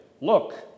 Look